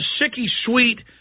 sicky-sweet